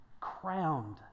Crowned